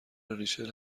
ریچل